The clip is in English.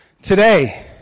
Today